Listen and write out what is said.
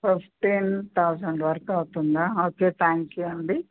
fifteen thousand వరకు అవుతుందా okay thank you అండి